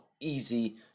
easy